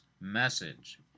message